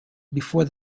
before